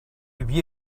lui